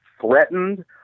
threatened